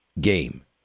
game